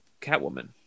catwoman